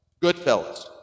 Goodfellas